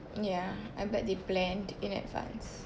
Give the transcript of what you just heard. yeah I bet they planned in advance